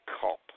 cop